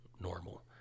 normal